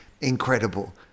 incredible